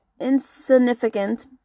insignificant